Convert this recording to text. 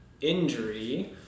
injury